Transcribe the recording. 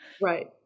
right